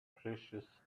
precious